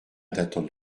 d’attendre